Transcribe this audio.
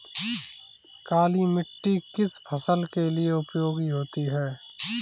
काली मिट्टी किस फसल के लिए उपयोगी होती है?